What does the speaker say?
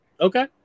Okay